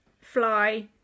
fly